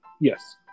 Yes